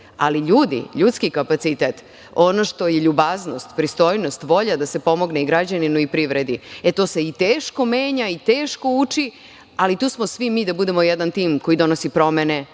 Ali ljudi, ljudski kapacitet, ono što je ljubaznost, pristojnost, volja da se pomogne i građaninu i privredi, e to se i teško menja i teško uči. Ali, tu smo svi mi da budemo jedan tim koji donosi promene